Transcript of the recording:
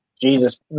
Jesus